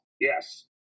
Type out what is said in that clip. Yes